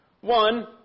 One